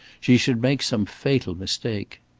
she should make some fatal mistake.